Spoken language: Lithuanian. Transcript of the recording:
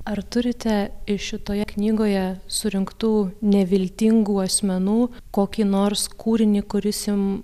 ar turite iš šitoje knygoje surinktų neviltingų asmenų kokį nors kūrinį kuris jum